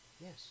yes